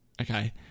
Okay